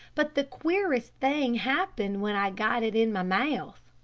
but the queerest thing happened when i got it in my mouth.